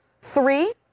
Three